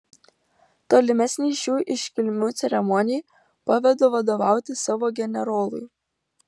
tolimesnei šių iškilmių ceremonijai pavedu vadovauti savo generolui